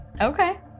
Okay